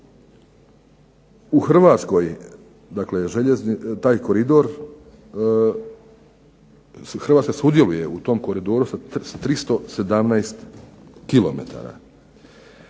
u Hrvatskoj dakle taj koridor, Hrvatska sudjeluje u tom koridoru sa 318 km, a